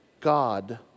God